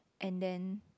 and then